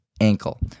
ankle